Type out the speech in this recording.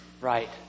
right